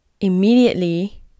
immediately